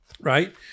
right